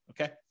Okay